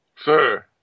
Sir